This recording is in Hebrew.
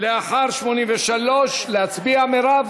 לאחר 83. להצביע, מרב?